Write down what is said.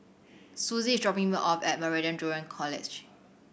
Suzy is dropping me off at Meridian Junior College